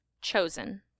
chosen